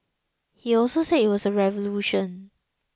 he also said it was a revolution